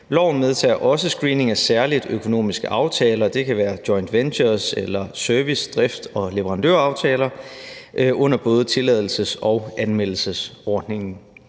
Loven medtager også screening af særlige økonomiske aftaler, og det kan være joint ventures eller service-, drifts- og leverandøraftaler under både tilladelses- og anmeldesordningen.